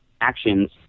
actions